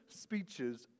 speeches